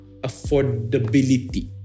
affordability